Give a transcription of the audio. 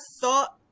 thought